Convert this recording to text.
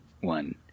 one